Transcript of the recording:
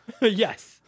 Yes